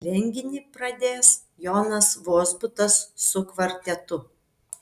renginį pradės jonas vozbutas su kvartetu